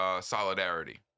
solidarity